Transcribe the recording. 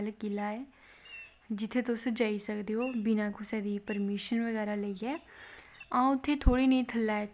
ते ओह् बी लेइयै जंदे न मिगी बी घूमनें दा बड़ा शौंक ऐ त् में मिगी जादातर शौंक ऐ कि धार्मिक